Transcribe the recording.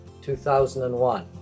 2001